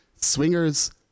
Swingers